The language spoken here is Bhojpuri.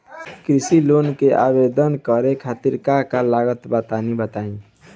कृषि लोन के आवेदन करे खातिर का का लागत बा तनि बताई?